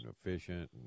efficient